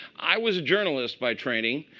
i was a journalist by training.